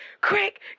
quick